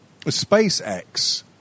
SpaceX